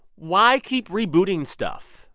why keep rebooting stuff?